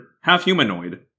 half-humanoid